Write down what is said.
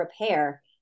repair